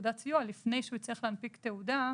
כתעודת סיוע לפני שהוא יצטרך להנפיק תעודה.